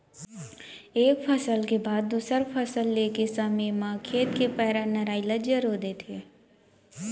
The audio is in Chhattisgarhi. एक फसल के बाद दूसर फसल ले के समे म खेत के पैरा, नराई ल जरो देथे